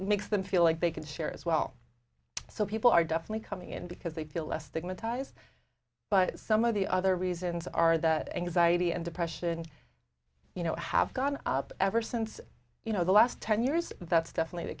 makes them feel like they can share as well so people are definitely coming in because they feel less than the ties but some of the other reasons are that anxiety and depression you know have gone up ever since you know the last ten years that's definitely the